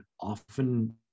often